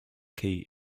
key